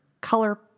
color